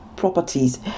properties